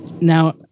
Now